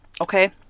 Okay